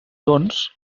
doncs